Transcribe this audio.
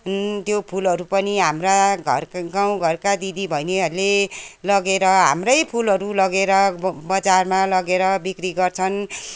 त्यो फुलहरू पनि हाम्रा घर गाउँघरका दिदीबहिनीले लगेर हाम्रै फुलहरू लगेर बजारमा लगेर बिक्री गर्छन्